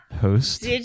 host